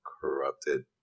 corrupted